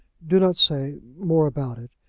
do not say more about it,